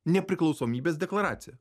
nepriklausomybės deklaraciją